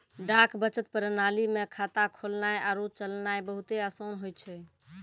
डाक बचत प्रणाली मे खाता खोलनाय आरु चलैनाय बहुते असान होय छै